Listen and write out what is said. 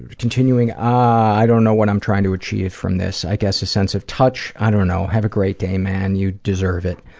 and continuing on. i don't know what i'm trying to achieve from this. i guess a sense of touch. i don't know. have a great day, man. you deserve it.